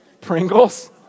Pringles